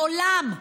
מעולם,